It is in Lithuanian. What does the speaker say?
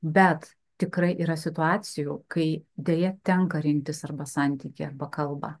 bet tikrai yra situacijų kai deja tenka rinktis arba santykį arba kalbą